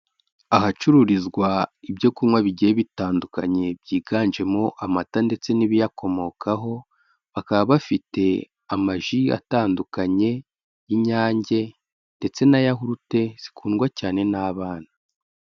Ahacururizwa ibyo kunywa bigiye bitandukanye byiganjemo amata ndetse n'ibiyakomokaho, bakaba bafite amaji atandukanye y'inyange ndetse na yahurute zikundwa cyane n'abana.